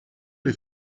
les